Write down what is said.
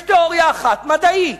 יש תיאוריה אחת, מדעית,